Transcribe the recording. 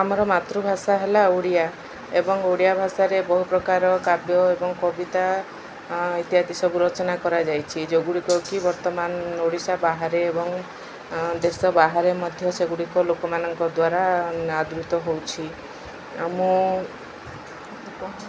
ଆମର ମାତୃଭାଷା ହେଲା ଓଡ଼ିଆ ଏବଂ ଓଡ଼ିଆ ଭାଷାରେ ବହୁ ପ୍ରକାର କାବ୍ୟ ଏବଂ କବିତା ଇତ୍ୟାଦି ସବୁ ରଚନା କରାଯାଇଛି ଯେଉଁଗୁଡ଼ିକ କି ବର୍ତ୍ତମାନ ଓଡ଼ିଶା ବାହାରେ ଏବଂ ଦେଶ ବାହାରେ ମଧ୍ୟ ସେଗୁଡ଼ିକ ଲୋକମାନଙ୍କ ଦ୍ୱାରା ଆଦୃିତ ହେଉଛି ମୁଁ